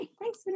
Thanks